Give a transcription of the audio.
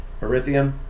Erythium